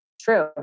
true